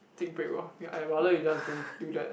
take break lor ya I would rather you just don't do that